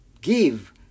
Give